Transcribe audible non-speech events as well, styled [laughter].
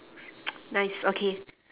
[noise] nice okay